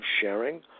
sharing